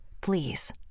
Please